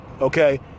okay